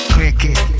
Cricket